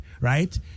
right